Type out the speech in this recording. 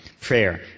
prayer